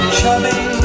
chubby